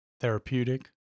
therapeutic